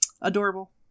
adorable